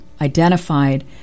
identified